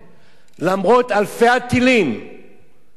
למרות אלפי הטילים והרקטות